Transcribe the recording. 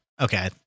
Okay